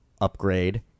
upgrade